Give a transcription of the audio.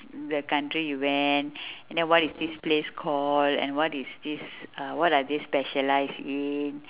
the country you went and then what is this place called and what is this uh what are they specialised in